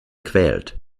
quält